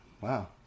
Wow